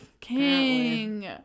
King